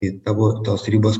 ir tavo tos ribos